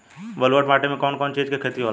ब्लुअट माटी में कौन कौनचीज के खेती होला?